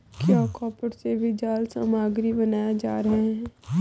क्या कॉपर से भी जाल सामग्री बनाए जा रहे हैं?